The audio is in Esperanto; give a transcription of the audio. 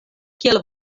kiel